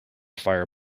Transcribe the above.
fire